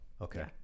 Okay